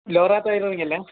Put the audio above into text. ലോറാ റ്റെയിലറിങ്ങല്ലേ